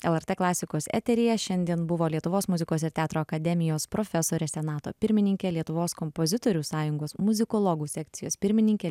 lrt klasikos eteryje šiandien buvo lietuvos muzikos ir teatro akademijos profesorė senato pirmininkė lietuvos kompozitorių sąjungos muzikologų sekcijos pirmininkė